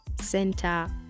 center